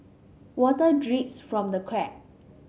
water drips from the crack